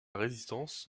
résistance